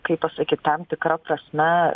kaip pasakyt tam tikra prasme